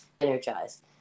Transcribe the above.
energized